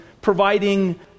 providing